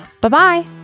Bye-bye